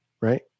right